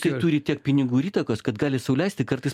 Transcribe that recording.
kai turi tiek pinigų ir įtakos kad gali sau leisti kartais